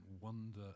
wonder